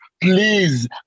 please